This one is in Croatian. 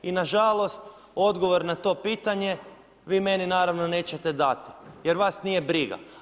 I nažalost odgovor na to pitanje vi meni naravno nećete dati jer vas nije briga.